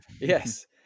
yes